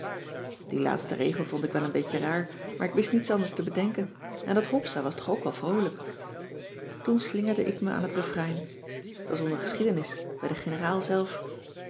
die laatste regel vond ik wel een beetje raar maar ik wist niets anders te bedenken en dat hopsa was toch ook wel vroolijk toen slingerde ik me aan het refrein t was onder geschiedenis bij de generaal zelf